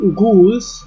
ghouls